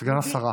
סגן השרה.